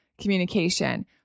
communication